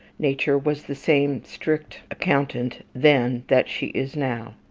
nature was the same strict accountant then that she is now,